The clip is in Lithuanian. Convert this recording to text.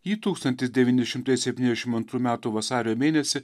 jį tūkstantis devyni šimtai septynešim antrų metų vasario mėnesį